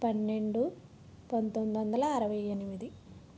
పన్నెండు పంతొమ్మిది వందల అరవై ఎనిమిది